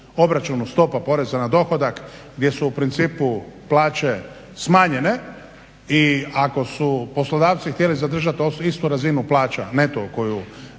obračunu stopa poreza na dohodak gdje su u principu plaće smanjenje i ako su poslodavci htjeli zadržati istu razinu plaća neto koju